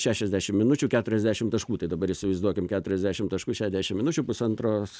šešiasdešim minučių keturiasdešim taškų tai dabar įsivaizduokim keturiasdešim taškų šešiasdešim minučių pusantros